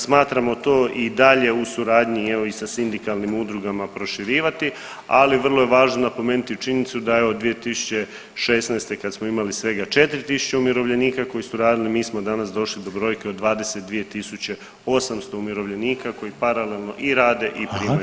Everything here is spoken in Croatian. Smatramo to i dalje u suradnji evo i sa sindikalnim udrugama proširivati, ali vrlo je važno napomenuti činjenicu da je od 2016. kad smo imali svega 4 tisuće umirovljenika koji su radili, mi smo danas došli do brojke od 22 800 umirovljenika koji paralelno i rade i primaju mirovinu.